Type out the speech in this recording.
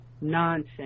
nonsense